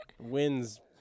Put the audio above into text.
wins